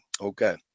Okay